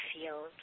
field